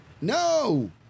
No